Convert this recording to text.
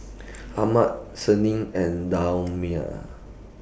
Ahmad Senin and Damia